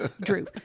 drew